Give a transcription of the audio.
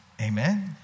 Amen